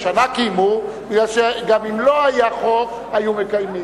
השנה קיימו, כי גם אם לא היה חוק היו מקיימים.